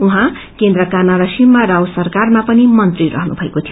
उाहाँ केन्द्रका नरसिम्हा राव सरकारमा पनि मंत्री रहनु भएको थियो